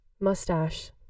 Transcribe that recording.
Mustache